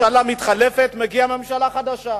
ממשלה מתחלפת ומגיעה ממשלה חדשה.